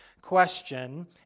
question